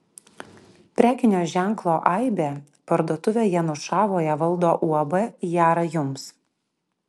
prekinio ženklo aibė parduotuvę janušavoje valdo uab jara jums